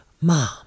Mom